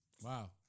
Wow